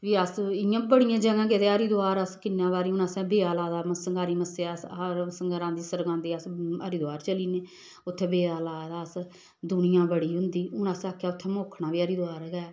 फ्ही अस इ'यां बड़ियां जगह् गेदे हरिद्वार अस किन्ने बारी हून असें ब्यऽ लाए दा हर संगारी मस्सेआ अस संगरां सरगांदी अस हरिद्वार चली जन्ने उत्थें ब्यऽ लाए दा अस दुनिया बड़ी होंदी हून असें आखेआ उत्थै मोखना बी हरिद्वार गै